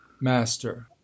master